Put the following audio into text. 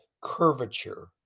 curvature